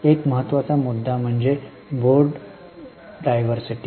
एक महत्त्वाचा मुद्दा म्हणजे बोर्ड डायव्हर्सिटी